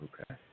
okay